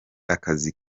akazi